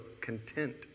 content